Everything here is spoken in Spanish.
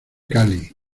cali